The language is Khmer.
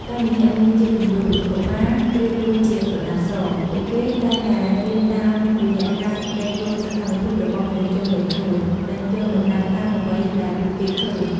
តាមរយៈមើលជាគំរូ កុមារប្រៀបដូចជាក្រដាសស ពួកគេតែងតែរៀនតាមរយៈការសង្កេតគ្រប់សកម្មភាពរបស់មនុស្សជុំវិញខ្លួន និងយកតម្រាប់តាមអ្វីដែលពួកគេឃើញ។